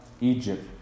Egypt